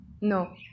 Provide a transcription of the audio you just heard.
no